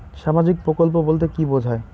সামাজিক প্রকল্প বলতে কি বোঝায়?